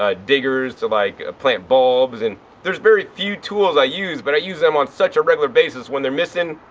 ah diggers to like plant bulbs. and there's very few tools i use. but i use them on such a regular basis, when they're missing